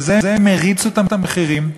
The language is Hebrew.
בזה הם הריצו את המחירים,